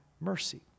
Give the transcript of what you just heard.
mercy